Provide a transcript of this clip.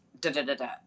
Da-da-da-da